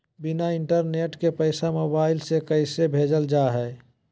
बिना इंटरनेट के पैसा मोबाइल से कैसे भेजल जा है?